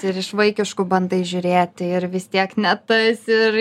ir iš vaikiškų bandai žiūrėti ir vis tiek ne tas ir